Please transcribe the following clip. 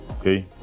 okay